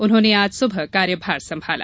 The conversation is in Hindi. उन्होंने आज सुबह कार्यभार संभाला